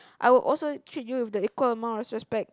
I would also treat you with the equal amount of respect